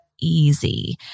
easy